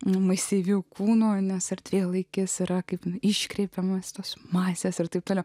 nu masyvių kūnų nes erdvėlaikis yra kaip iškreipiamas tos masės ir taip toliau